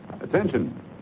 Attention